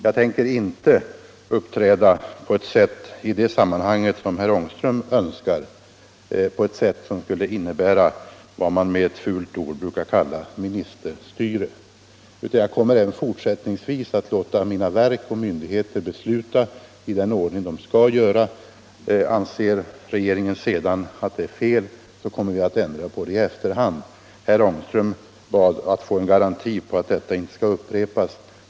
Jag tänker inte uppträda på det sätt som herr Ångström önskar och som skulle innebära vad man med ett fult ord brukar kalla ministerstyre. Jag kommer även fortsättningsvis att låta mina verk och myndigheter besluta i den ordning de skall göra det. Anser regeringen sedan att besluten är felaktiga kommer vi att ändra dem i efterhand. Herr Ångström bad att få en garanti för att det som nu har hänt inte skall upprepas.